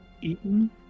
eaten